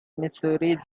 missouri